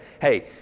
hey